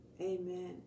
Amen